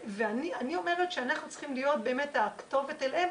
אני אומרת שאנחנו צריכים להיות הכתובת שלהם,